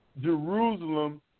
Jerusalem